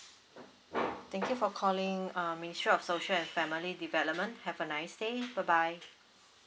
thank you for calling uh ministry of social and family development have a nice day bye bye